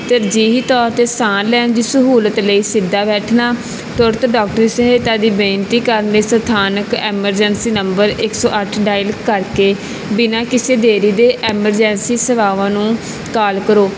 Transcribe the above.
ਤਰਜੀਹੀ ਤੌਰ 'ਤੇ ਸਾਹ ਲੈਣ ਦੀ ਸਹੂਲਤ ਲਈ ਸਿੱਧਾ ਬੈਠਣਾ ਤੁਰੰਤ ਡਾਕਟਰੀ ਸਹਾਇਤਾ ਦੀ ਬੇਨਤੀ ਕਰਨ ਲਈ ਸਥਾਨਕ ਐਮਰਜੈਂਸੀ ਨੰਬਰ ਇੱਕ ਸੌ ਅੱਠ ਡਾਇਲ ਕਰਕੇ ਬਿਨਾਂ ਕਿਸੇ ਦੇਰੀ ਦੇ ਐਮਰਜੈਂਸੀ ਸੇਵਾਵਾਂ ਨੂੰ ਕਾਲ ਕਰੋ